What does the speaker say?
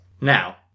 Now